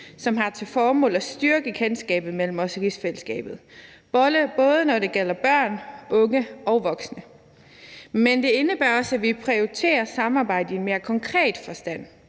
som har til formål at styrke kendskabet mellem os i rigsfællesskabet, både når det gælder børn, unge og voksne. Men det indebærer også, at vi prioriterer samarbejde i en mere konkret forstand,